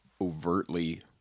overtly